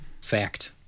Fact